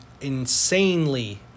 insanely